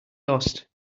lost